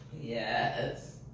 Yes